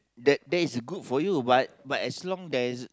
that that is good for you but but as long there's